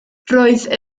roedd